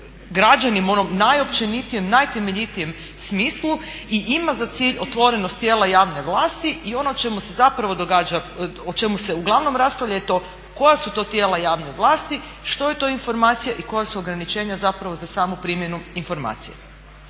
građanima u onom najopćenitijem, najtemeljitijem smislu i ima za cilj otvorenost tijela javne vlasti. I ono o čemu se uglavnom raspravlja je to koja su to tijela javne vlasti, što je to informacija i koja su ograničenja zapravo za samu primjenu informacija.